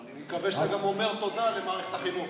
אני מקווה שאתה גם אומר תודה למערכת החינוך